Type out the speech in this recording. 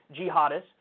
jihadists